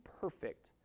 perfect